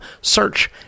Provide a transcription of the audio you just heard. Search